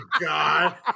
God